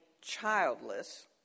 childless